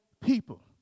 people